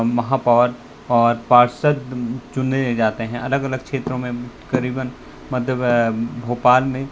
महापौर और पार्षद चुने जाते हैं अलग अलग क्षेत्रों में करीबन मध्य भोपाल में